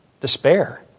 despair